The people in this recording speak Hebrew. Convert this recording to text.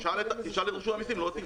תשאל את רשות המיסים, לא אותי.